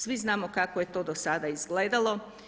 Svi znamo kako je to do sada izgledalo.